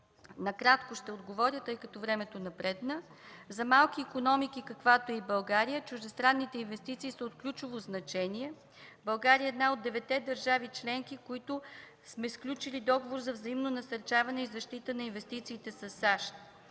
накратко ще отговоря, тъй като времето напредна. За малки икономики, каквато е и България, чуждестранните инвестиции са от ключово значение. България е една от деветте държави членки, които сме сключили Договор за взаимно насърчаване и защита на инвестициите със САЩ.